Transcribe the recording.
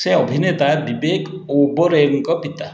ସେ ଅଭିନେତା ବିବେକ ଓବରୟଙ୍କ ପିତା